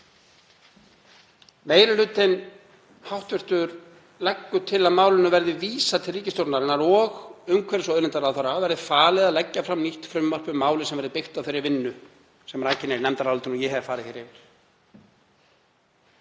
Meiri hlutinn leggur til að málinu verði vísað til ríkisstjórnarinnar og umhverfis- og auðlindaráðherra verði falið að leggja fram nýtt frumvarp um málið sem verði byggt á þeirri vinnu sem rakin er í nefndarálitinu og ég hef farið hér yfir.